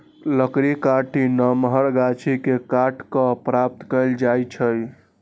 लकड़ी काठी नमहर गाछि के काट कऽ प्राप्त कएल जाइ छइ